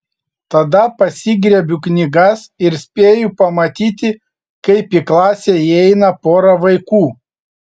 tada pasigriebiu knygas ir spėju pamatyti kaip į klasę įeina pora vaikų